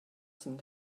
some